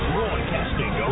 Broadcasting